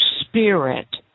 spirit